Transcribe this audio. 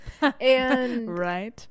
Right